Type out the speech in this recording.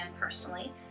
personally